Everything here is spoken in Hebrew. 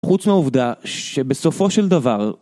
חוץ מהעובדה שבסופו של דבר